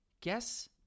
guess